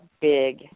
big